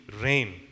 rain